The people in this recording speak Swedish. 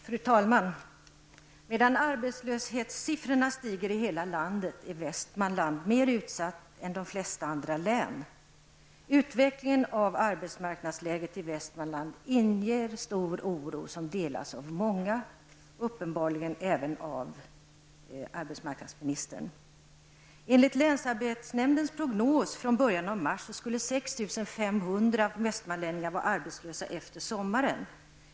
Fru talman! Medan arbetslöshetssiffrorna stiger i hela landet är Västmanland mer utsatt än de flesta andra län. Utvecklingen av arbetsmarknadsläget i Västmanland inger stor oro som delas av många, uppenbarligen även av arbetsmarknadsministern. Enligt länsarbetsnämndens prognos från början av mars skulle 6 500 västmanlänningar vara arbetslösa efter sommaren.